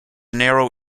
narrow